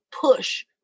push